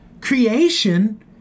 creation